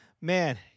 man